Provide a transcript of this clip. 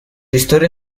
historia